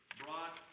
brought